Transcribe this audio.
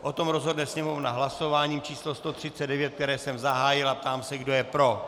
O tom rozhodne Sněmovna hlasováním číslo 139, které jsem zahájil, a ptám se, kdo je pro.